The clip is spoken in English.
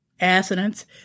assonance